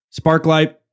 Sparklight